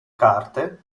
carte